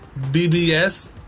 BBS